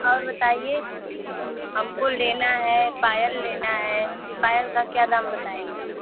और बताइये हमको लेना है पायल लेना है पायल का क्या दाम बतायेंगी